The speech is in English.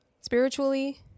Spiritually